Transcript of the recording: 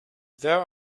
there